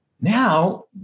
Now